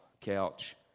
couch